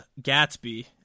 Gatsby